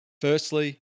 Firstly